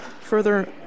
Further